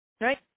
right